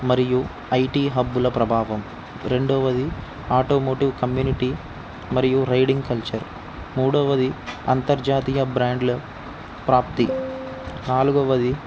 మరియు ఐటీ హబ్బుల ప్రభావం రెండవది ఆటోమోటివ్ కమ్యూనిటీ మరియు రైడింగ్ కల్చర్ మూడవది అంతర్జాతీయ బ్రాండ్ల ప్రాప్తి నాలుగవది